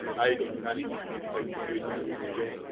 and age and cunning beats youth and beauty again.